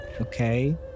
okay